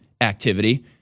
activity